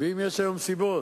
ואם יש היום סיבות